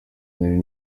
nari